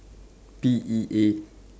P E A